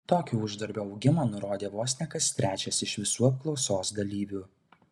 tokį uždarbio augimą nurodė vos ne kas trečias iš visų apklausos dalyvių